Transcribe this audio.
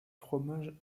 fromage